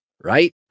right